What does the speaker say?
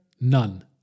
none